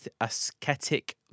ascetic